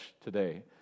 today